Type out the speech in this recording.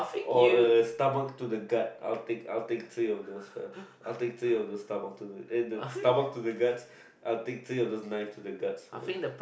or a stomach to the gut I will take I will take three of those man I will take three of those stomach to the eh the stomach to the guts I will take three of the knife to the guts man